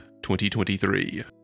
2023